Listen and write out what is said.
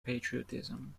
patriotism